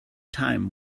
time